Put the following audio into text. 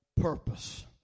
purpose